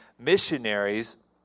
missionaries